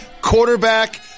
quarterback